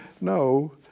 no